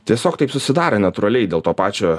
tiesiog taip susidaro natūraliai dėl to pačio